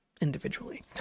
individually